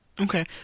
Okay